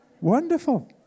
Wonderful